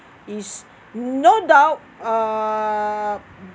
is no doubt err